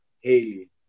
Haley